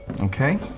Okay